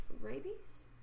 rabies